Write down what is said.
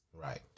Right